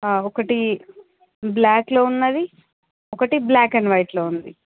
ఒకటి బ్లాక్లో ఉన్నది ఒకటి బ్లాక్ అండ్ వైట్లో ఉన్నది